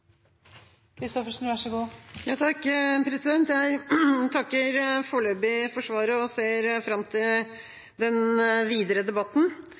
Jeg takker foreløpig for svaret og ser fram til den videre debatten.